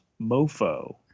mofo